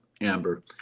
amber